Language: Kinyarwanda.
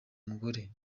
mugore